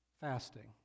fasting